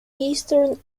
eastern